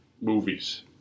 movies